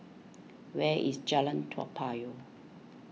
where is Jalan Toa Payoh